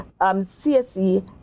CSE